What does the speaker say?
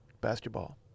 Basketball